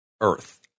earth